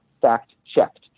fact-checked